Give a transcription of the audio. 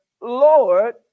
Lord